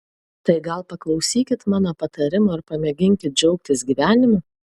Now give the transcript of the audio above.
tai gal paklausykit mano patarimo ir pamėginkit džiaugtis gyvenimu